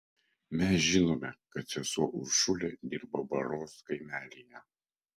mes žinome kad sesuo uršulė dirbo baros kaimelyje